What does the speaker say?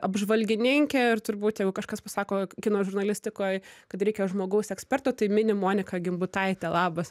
apžvalgininkė ir turbūt jeigu kažkas pasako kino žurnalistikoj kad reikia žmogaus eksperto tai mini moniką gimbutaitę labas